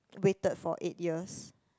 waited for eight years